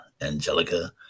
Angelica